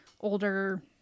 older